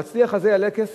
"המצליח" הזה יעלה כסף.